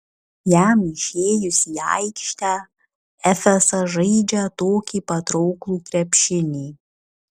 jam išėjus į aikštę efesas žaidžią tokį patrauklų krepšinį